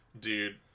Dude